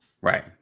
Right